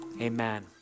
amen